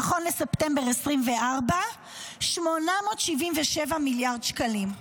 נכון לספטמבר 2024, 877 מיליארד שקלים.